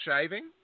shaving